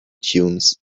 tunes